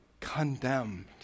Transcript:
condemned